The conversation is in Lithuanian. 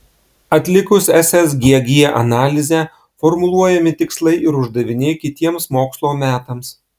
atlikus ssgg analizę formuluojami tikslai ir uždaviniai kitiems mokslo metams